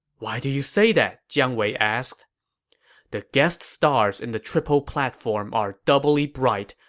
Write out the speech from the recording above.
why do you say that? jiang wei asked the guest stars in the triple platform are doubly bright,